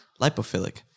lipophilic